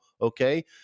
okay